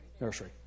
Nursery